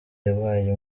yabaye